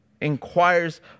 inquires